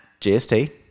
GST